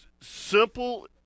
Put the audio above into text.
Simple